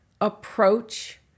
approach